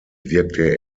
wirkte